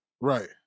right